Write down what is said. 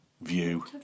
view